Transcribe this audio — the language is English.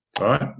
right